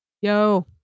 Yo